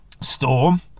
storm